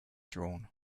drawn